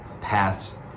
paths